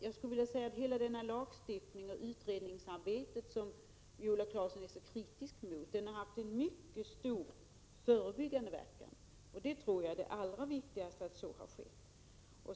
Jag skulle alltså vilja säga att det lagstiftningsoch utredningsarbete som Viola Claesson är så kritisk mot har haft en mycket stor förebyggande verkan, och det tror jag är det allra viktigaste.